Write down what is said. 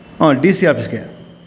ಹಾಂ D C ಆಫೀಸ್ಗೆ